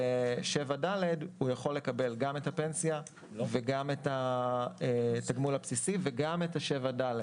ב-7ד הוא יכול לקבל גם את הפנסיה וגם את התגמול הבסיסי וגם את ה-7ד,